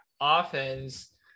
offense